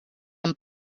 amb